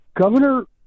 governor